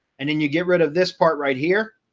and then you get rid of this part right here.